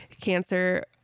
cancer